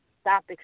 Stop